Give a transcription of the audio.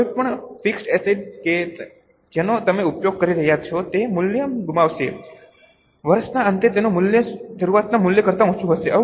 કોઈપણ fixed asset કે જેનો તમે ઉપયોગ કરી રહ્યાં છો તે મૂલ્ય ગુમાવશે વર્ષના અંતે તેનું મૂલ્ય શરૂઆતના મૂલ્ય કરતાં ઓછું હશે